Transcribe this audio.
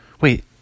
Wait